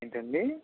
ఏంటండి